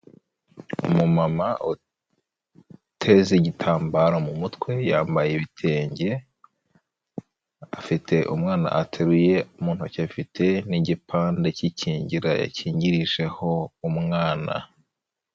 Umu mama uteze igitambaro mu mutwe, yambaye ibitenge, afite umwana ateruye mu ntoki, afite n'igipande kikingira yakingirijeho umwana.